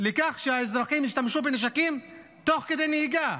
לכך שהאזרחים ישתמשו בנשקים תוך כדי נהיגה?